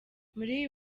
muri